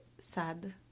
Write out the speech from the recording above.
sad